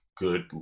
good